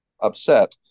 upset